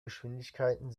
geschwindigkeiten